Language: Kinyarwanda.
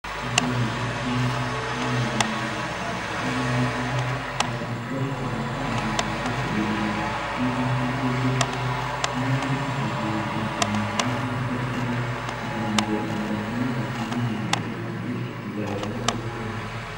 Ubworozi bw'inka kugira ngo umuntu abukore neza, bisaba kuba afite amafaranga yo kugurira inka ibyo zirya kandi akazubakira ahantu heza, ho kuba kugira ngo zidakomeza kunyagirwa bityo zigahura n'uburwayi.